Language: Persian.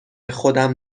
خودم